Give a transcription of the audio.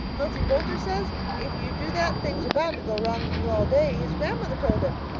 milty boulter says if you do that things are bound to go wrong with you all day. his grandmother told him.